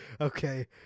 Okay